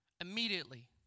immediately